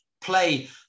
play